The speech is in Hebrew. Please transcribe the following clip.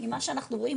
עם מה שאנחנו רואים,